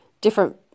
different